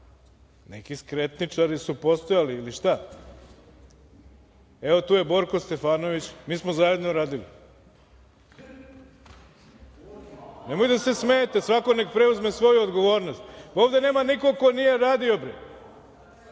neki skretničari su postojali ili šta? Evo tu je Borko Stefanović, mi smo zajedno radili, nemoj da se smejete svako nek preuzme svoju odgovornost, ovde nema nikoga ko nije radio bre,